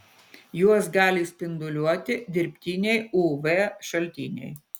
juos gali spinduliuoti dirbtiniai uv šaltiniai